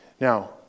Now